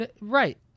right